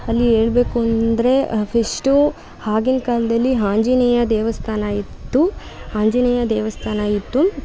ಅಲ್ಲಿ ಹೇಳ್ಬೇಕು ಅಂದರೆ ಫೆಸ್ಟು ಆಗಿನ್ ಕಾಲದಲ್ಲಿಆಂಜನೇಯ ದೇವಸ್ಥಾನ ಇತ್ತು ಆಂಜನೇಯ ದೇವಸ್ಥಾನ ಇತ್ತು